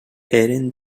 eren